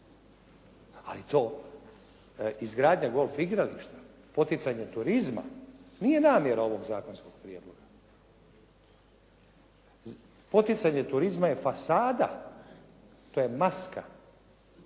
Ali izgradnja golf igrališta, poticanje turizma nije namjera ovog zakonskog prijedloga. Poticanje turizma je fasada, to je maska